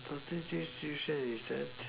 frustrated situation is that